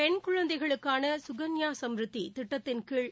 பெண் குழந்தைகளுக்கான குகன்யா சம்ரிதி திட்டத்தின் கீழ்